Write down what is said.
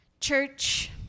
Church